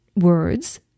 words